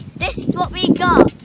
this is what we got.